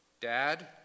Dad